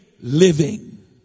living